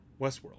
Westworld